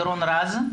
דורון רז.